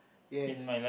yes